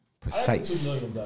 precise